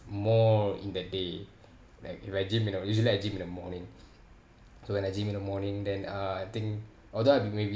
more in that day like if I gym you know usually I like gym in the morning so when I gym in the morning then uh I think although I have been maybe